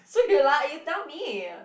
so you li~ you tell me